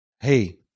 Hey